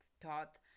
thought